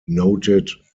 noted